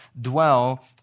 dwell